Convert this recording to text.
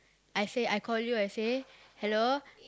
I say I call you I say hello